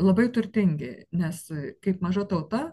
labai turtingi nes kaip maža tauta